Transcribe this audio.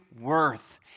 worth